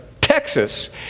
Texas